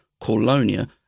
Colonia